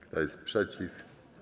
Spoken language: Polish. Kto jest przeciw?